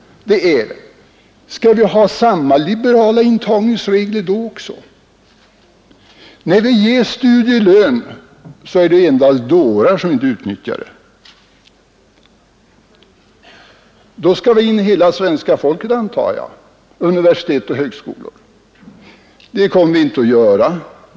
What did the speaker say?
— om vi då också skall ha samma liberala intagningsregler. När vi ger studielön är det ju endast dårar som inte utnyttjar den. Då skall väl hela svenska folket in vid universitet och högskolor, antar jag. Men så kommer vi inte att göra.